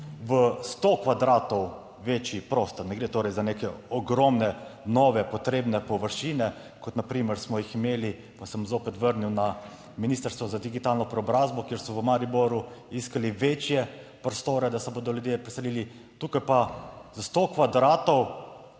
v sto kvadratov večji prostor, ne gre torej za neke ogromne nove potrebne površine, kot na primer smo jih imeli, pa se bom zopet vrnil na Ministrstvo za digitalno preobrazbo, kjer so v Mariboru iskali večje prostore, da se bodo ljudje preselili, tukaj pa za sto kvadratov